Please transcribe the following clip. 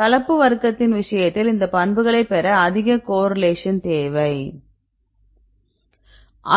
கலப்பு வர்க்கத்தின் விஷயத்தில் இந்த பண்புகளை பெற அதிக கோரிலேஷன் தேவை